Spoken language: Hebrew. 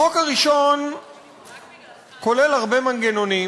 החוק הראשון כולל הרבה מנגנונים,